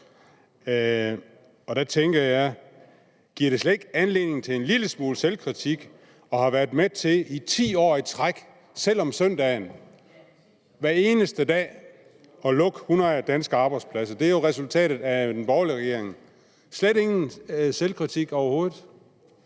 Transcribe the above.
Der tænker jeg: Giver det slet ikke anledning til en lille smule selvkritik at have været med til 10 år i træk, selv om søndagen, hver eneste dag at lukke 100 danske arbejdspladser? Det er jo resultatet af den borgerlige regerings tid. Giver det